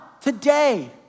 today